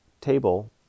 table